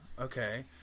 Okay